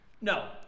No